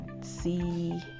see